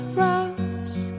rose